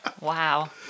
Wow